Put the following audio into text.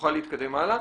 שנוכל להתקדם האלה.